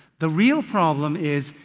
the real problem is,